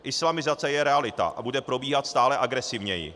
Islamizace je realita a bude probíhat stále agresivněji.